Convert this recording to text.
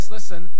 Listen